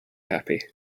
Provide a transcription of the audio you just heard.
happy